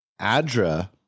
ADRA